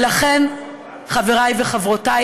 חבריי וחברותיי,